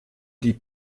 die